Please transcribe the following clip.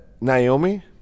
Naomi